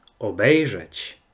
obejrzeć